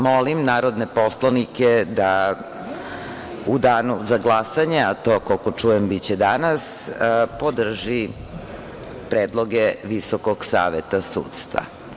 Molim narodne poslanike da u danu za glasanje, a to, koliko čujem, biće danas podrži predloge Visokog saveta sudstva.